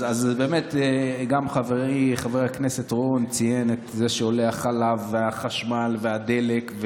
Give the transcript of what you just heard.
גם חברי חבר הכנסת רון ציין את זה שעולים החלב והחשמל והדלק.